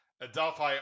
Adelphi